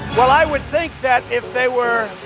well i would think that if they were.